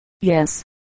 Yes